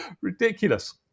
Ridiculous